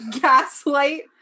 gaslight